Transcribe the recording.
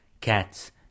Cats